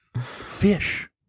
Fish